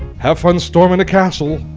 have fun storming the castle.